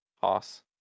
Hoss